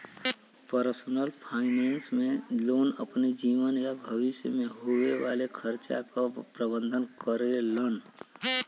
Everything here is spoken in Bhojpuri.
पर्सनल फाइनेंस में लोग अपने जीवन या भविष्य में होये वाले खर्चा क प्रबंधन करेलन